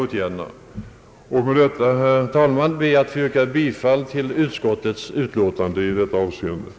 Med detta ber jag, herr talman, att få yrka bifall till utskottets hemställan i detta avseende.